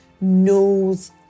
knows